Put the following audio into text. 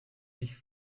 sich